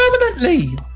permanently